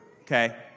okay